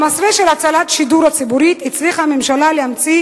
במסווה של הצלת השידור הציבורי הצליחה הממשלה להמציא